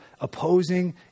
opposing